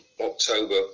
October